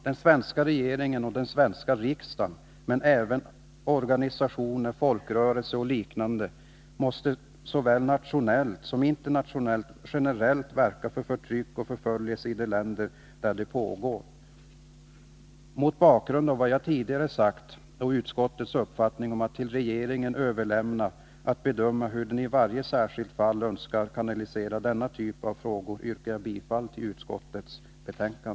Den svenska regeringen och den svenska riksdagen — och även organisationer, folkrörelser och liknande — måste såväl nationellt som internationellt generellt verka mot förtryck och förföljelse i de länder där sådant pågår. Mot bakgrund av vad jag tidigare sagt och utskottets uppfattning att man vill överlåta åt regeringen att bedöma hur den i varje särskilt fall önskar kanalisera denna typ av frågor yrkar jag bifall till utskottets hemställan.